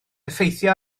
effeithio